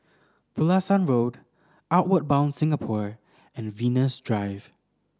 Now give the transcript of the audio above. Pulasan Road Outward Bound Singapore and Venus Drive